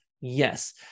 Yes